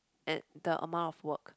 at the amount of work